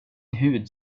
hud